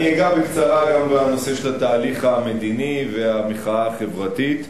אני אגע בקצרה גם בנושא של התהליך המדיני והמחאה החברתית.